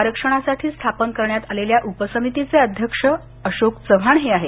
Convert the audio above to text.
आरक्षणासाठी स्थापन करण्यात आलेल्या उपसमितीचे अध्यक्ष अशोक चव्हाण हे आहेत